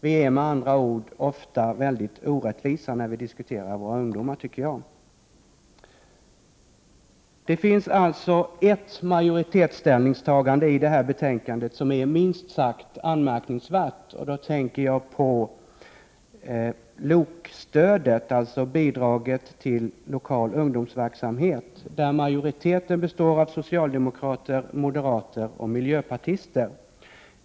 Vi är med andra ord väldigt orättvisa när vi diskuterar våra ungdomar! Det finns ett majoritetsställningstagande i kulturutskottets betänkande som är minst sagt anmärkningsvärt. Jag tänker då på LOK-stödet, alltså bidraget till lokal ungdomsverksamhet, där majoriteten består av socialdemokrater, moderater och miljöpartister.